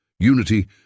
Unity